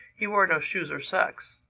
he wore no shoes or socks.